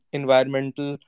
environmental